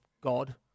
God